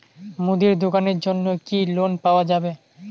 মুদি দোকানের জন্যে কি লোন পাওয়া যাবে?